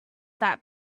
that